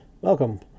Welcome